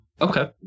Okay